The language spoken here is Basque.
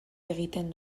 egiten